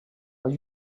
are